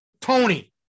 Tony